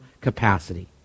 capacity